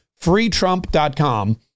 freetrump.com